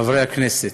חברי הכנסת,